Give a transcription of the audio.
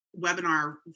webinar